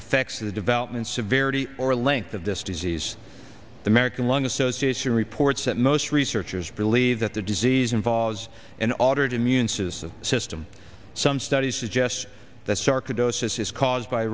affects the development severity or length of this disease the american lung association reports that most researchers believe that the disease involves an altered immune system system some studies suggest that sarcoidosis is caused by